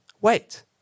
wait